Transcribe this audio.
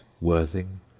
worthing